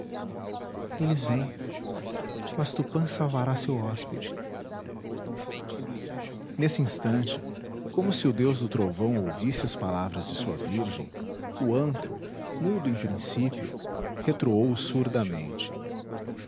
eles vêm mas tupã salvará seu hóspede nesse instante como se o deus do trovão ouvisse as palavras de sua virgem o antro mudo em princípio retroou